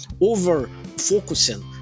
over-focusing